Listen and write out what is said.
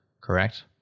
correct